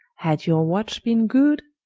had your watch been good,